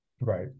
Right